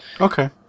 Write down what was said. Okay